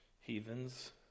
heathens